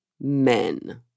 men